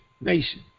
nation